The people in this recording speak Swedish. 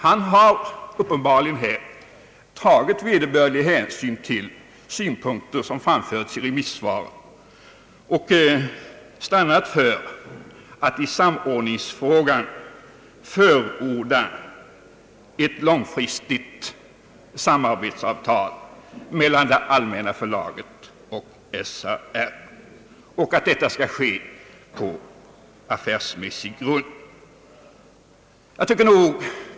Han har uppenbarligen tagit vederbörlig hänsyn till synpunkter, som framförts i remissvaren, och stannat för att i samordningsfrågan förorda ett långfristigt samarbetsavtal på affärsmässig grund mellan det allmäna förlaget och SRA.